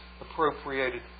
appropriated